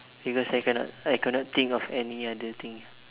give a second ah I cannot think of any other thing